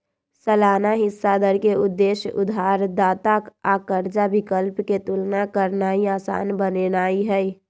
सालाना हिस्सा दर के उद्देश्य उधारदाता आ कर्जा विकल्प के तुलना करनाइ असान बनेनाइ हइ